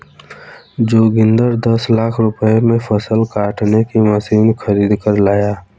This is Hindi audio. जोगिंदर दस लाख रुपए में फसल काटने की मशीन खरीद कर लाया